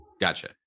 Gotcha